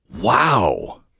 Wow